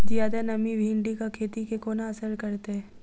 जियादा नमी भिंडीक खेती केँ कोना असर करतै?